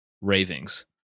ravings